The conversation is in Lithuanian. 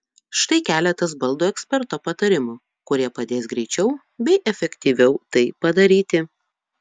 štai keletas baldų eksperto patarimų kurie padės greičiau bei efektyviau tai padaryti